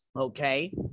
Okay